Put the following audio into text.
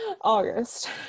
August